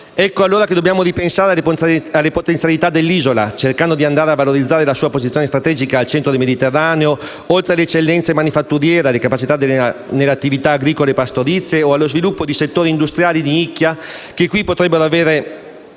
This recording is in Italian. Ecco allora che dobbiamo ripensare le potenzialità dell'isola, cercando di andare a valorizzare la sua posizione strategica al centro del Mediterraneo oltre alle eccellenze manifatturiere, alle capacità nelle attività agricole e pastorizie e allo sviluppo di settori industriali di nicchia, che qui potrebbero trovare